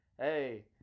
hey